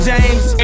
James